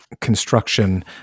construction